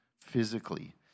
physically